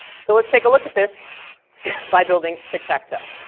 so let's take a look at this by building tic tac toe.